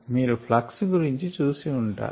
మీరు ఫ్లక్స్ గురించి చూసి ఉంటారు